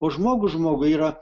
o žmogus žmogui yra